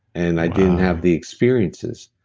and i didn't have the experiences.